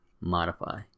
modify